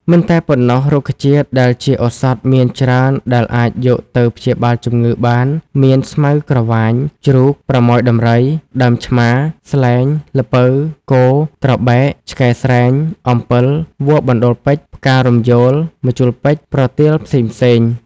មិនតែប៉ុណ្ណោះរុក្ខជាតិដែលជាឱសថមានច្រើនដែលអាចយកទៅព្យាបាលជំងឺបានមាន ស្មៅក្រវាញ ជ្រូក ប្រមោយដំរី ដើមឆ្មា ស្លែង ល្ពៅ គរ ត្របែក ឆ្កែស្រែង អំពិល វល្លិបណ្តូល ពេជ្រ ផ្ការំយោល ម្ជុលពេជ្រ ប្រទាលផ្សេងៗ...។